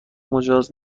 مجاز